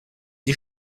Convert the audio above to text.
die